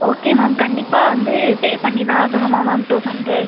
okay ma'am கண்டிப்பாக வந்து pay பண்ணி தான் ஆகணுமா மேம் டூ ஹண்ட்ரட்